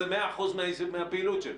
זה 100 אחוזים מהפעילות שלו.